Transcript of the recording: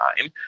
time